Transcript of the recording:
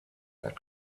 that